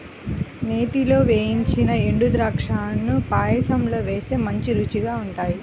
నేతిలో వేయించిన ఎండుద్రాక్షాలను పాయసంలో వేస్తే మంచి రుచిగా ఉంటాయి